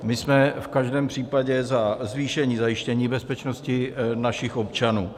My jsme v každém případě za zvýšení zajištění bezpečnosti našich občanů.